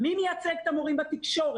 מי מייצג את המורים בתקשורת,